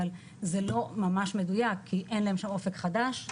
אבל זה לא ממש מדויק כי אין להם שם אופק חדש,